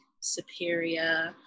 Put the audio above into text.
superior